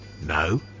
No